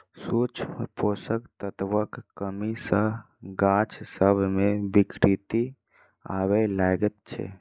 सूक्ष्म पोषक तत्वक कमी सॅ गाछ सभ मे विकृति आबय लागैत छै